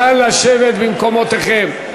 נא לשבת במקומותיכם.